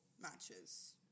matches